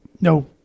No